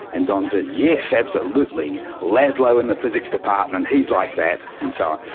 and don says, yes, absolutely, laszlo in the physics department, he's like that and so